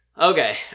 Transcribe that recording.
Okay